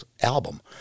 album